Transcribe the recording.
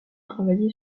travaillé